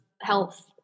health